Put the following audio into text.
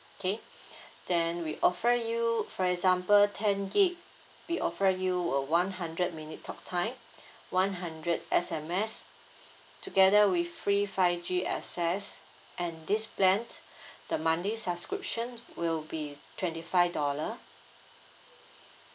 okay then we offer you for example ten gigabyte we offer you a one hundred minute talk time one hundred S_M_S together with free five G access and this plan the monthly subscription will be twenty five dollar